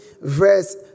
verse